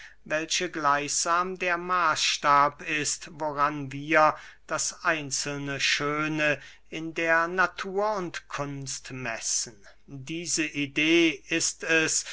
welche gleichsam der maßstab ist woran wir das einzelne schöne in der natur und kunst messen diese idee ist es